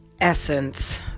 essence